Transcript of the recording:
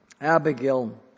Abigail